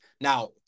Now